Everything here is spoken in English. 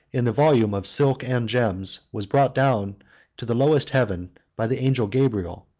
in a volume of silk and gems, was brought down to the lowest heaven by the angel gabriel,